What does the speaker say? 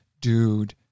dude